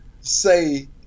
say